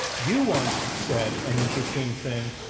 you once said an interesting thing,